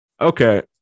Okay